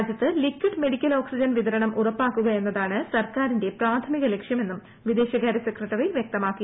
രാജൃത്ത് liquid medical oxygen വിതരണം ഉറപ്പാക്കുക എന്നതാണ് സർക്കാരിന്റെ പ്രാഥമിക ലക്ഷ്യമെന്നും ്വിദേശകാര്യ സെക്രട്ടറി വ്യക്തമാക്കി